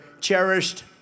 cherished